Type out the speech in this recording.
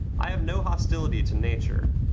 i have no hostility to nature,